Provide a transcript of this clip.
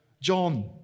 John